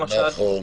למשל,